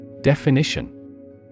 Definition